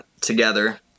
together